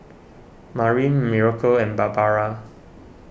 Marin Miracle and Barbara